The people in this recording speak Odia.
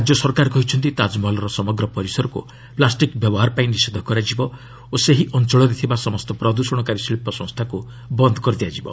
ରାଜ୍ୟ ସରକାର କହିଛନ୍ତି ତାଜମହଲର ସମଗ୍ର ପରିସରକୁ ପ୍ଲାଷ୍ଟିକ୍ ବ୍ୟବହାର ପାଇଁ ନିଷେଧ କରାଯିବ ଓ ସେହି ଅଞ୍ଚଳରେ ଥିବା ସମସ୍ତ ପ୍ରଦୂଷଣକାରୀ ଶିଳ୍ପସଂସ୍ଥାକୁ ବନ୍ଦ କରିଦିଆଯିବ